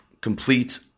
complete